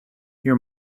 your